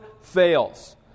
fails